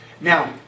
Now